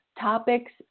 topics